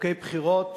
חוקי בחירות,